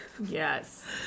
Yes